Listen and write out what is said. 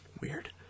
Weird